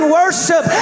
worship